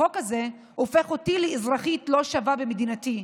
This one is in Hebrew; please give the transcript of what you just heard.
החוק הזה הופך אותי לאזרחית לא שווה במדינתי.